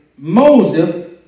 Moses